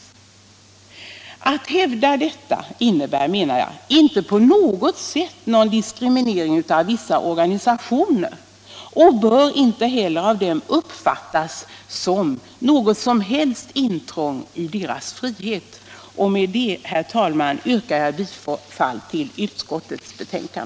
Att hävda detta innebär, menar jag, inte på något sätt någon diskriminering av vissa organisationer och bör inte heller av dem uppfattas som något som helst intrång i deras frihet. Med detta, herr talman, yrkar jag bifall till utskottets hemställan.